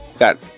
got